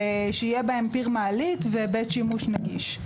שיהיה בהם פיר מעלית ובית שימוש נגיש.